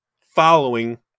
following